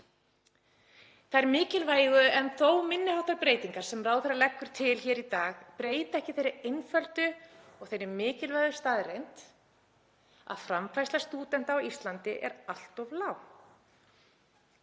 Þær mikilvægu en þó minni háttar breytingar sem ráðherra leggur til hér í dag breyta ekki þeirri einföldu og mikilvægu staðreynd að framfærsla stúdenta á Íslandi er allt of lág.